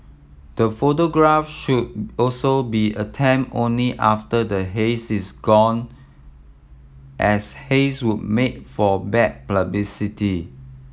the photograph should also be attempted only after the haze is gone as haze would make for bad publicity